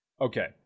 Okay